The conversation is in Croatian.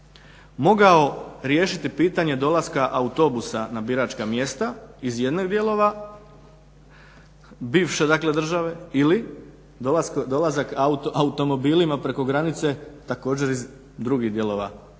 mogao riješiti pitanje dolaska autobusa na biračka mjesta iz jednih dijelova bivše države ili dolazak automobilima preko granice također iz drugih dijelova bivše